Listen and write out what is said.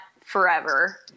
forever